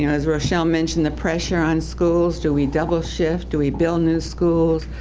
you know as rochelle mentioned, the pressure on schools. do we double shift? do we build new schools?